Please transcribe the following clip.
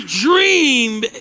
dream